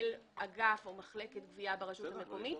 מנהל אגף או מחלקת גבייה ברשות המקומית.